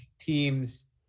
teams